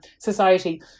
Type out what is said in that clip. society